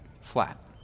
Flat